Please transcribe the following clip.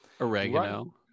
Oregano